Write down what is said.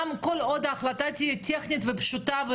כל עוד ההחלטה טכנית ופשוטה,